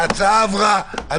הצעת החוק עברה פה אחד.